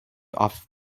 off